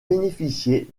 bénéficier